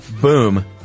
Boom